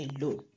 alone